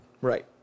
right